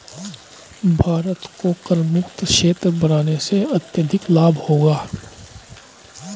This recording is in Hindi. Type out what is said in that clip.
भारत को करमुक्त क्षेत्र बनाने से अत्यधिक लाभ होगा